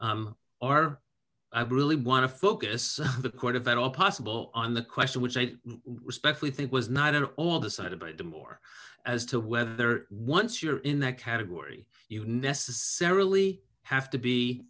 are really want to focus the court event all possible on the question which i respectfully think was not at all decided by the more as to whether once you're in that category you necessarily have to be